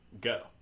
go